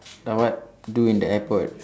uh what do in the airport